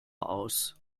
aus